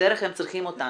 בדרך הם צריכים אותנו.